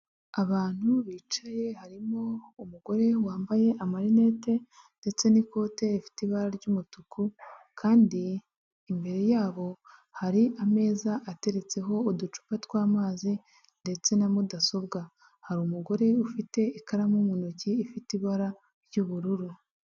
Abantu bicaye harimo umugore wambaye amarinete ndetse n'ikote rifite ibara ry'umutuku, kandi imbere yabo hari ameza ateretseho uducupa tw'amazi ndetse na mudasobwa, hari umugore ufite ikaramu mu ntoki ifite ibara ry'ubururu.